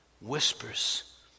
whispers